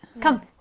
come